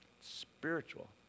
spiritual